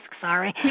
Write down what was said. sorry